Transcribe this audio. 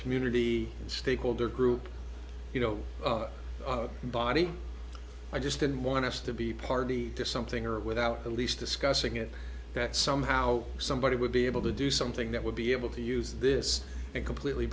community stakeholder group you know body or just didn't want us to be party to something or without the least discussing it that somehow somebody would be able to do something that would be able to use this it completely